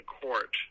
court